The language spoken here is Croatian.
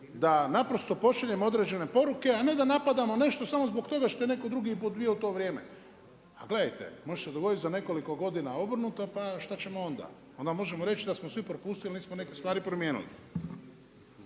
da naprosto pošaljemo određene poruke, a ne da napadamo nešto samo zbog toga što je netko drugi bio u to vrijeme. A gledajte, može se dogoditi za nekoliko godina obrnuto, pa šta ćemo onda. Onda možemo reći da smo svi propustili, jer nismo neke stvari promijenili.